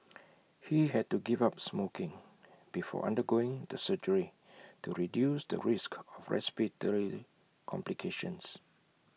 he had to give up smoking before undergoing the surgery to reduce the risk of respiratory complications